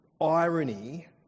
irony